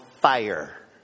fire